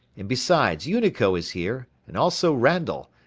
and besides unico is here, and also randall,